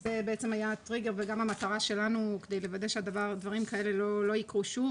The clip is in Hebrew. זה היה הטריגר וגם המטרה שלנו כדי לוודא שדברים כאלה לא יקרו שוב.